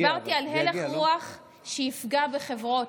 דיברתי על הלך רוח שיפגע בחברות,